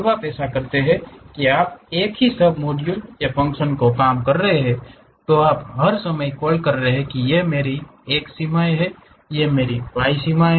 जब आप ऐसा करते हैं कि आप एक ही सबमॉड्यूल या फ़ंक्शन को कम कर रहे हैं तो आप हर समय कॉल कर रहे हैं ये मेरी एक्स सीमाएं हैं वाई सीमाएं